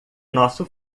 nosso